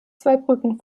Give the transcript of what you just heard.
zweibrücken